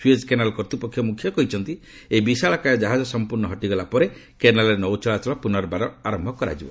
Suez canal କର୍ତ୍ତୃପକ୍ଷ ମୁଖ୍ୟ କହିଛନ୍ତି ଏହି ବିଶାଳକାୟ ଜାହାଜ ସମ୍ପୂର୍ଣ୍ଣ ହଟିଗଲା ପରେ କେନାଲ୍ରେ ନୌ ଚଳାଚଳ ପୁନର୍ବାର ଆରମ୍ଭ କରାଯିବ